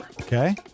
Okay